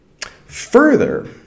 Further